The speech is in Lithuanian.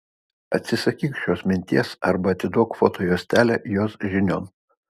atsisakyk šios minties arba atiduok foto juostelę jos žinion